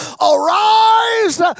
Arise